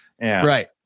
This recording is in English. Right